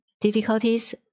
difficulties